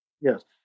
yes